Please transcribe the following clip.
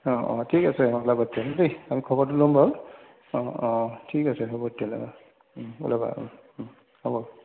অঁ অঁ ঠিক আছে অঁ ওলাবা তেতিয়াহ'লে দেই আমি খবৰতো ল'ম বাৰু অঁ অঁ ঠিক আছে হ'ব তেতিয়াহ'লে অঁ ওলাবা হ'ব